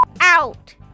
Out